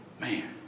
man